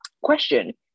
question